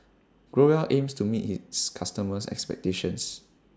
Growell aims to meet its customers' expectations